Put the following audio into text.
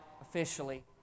officially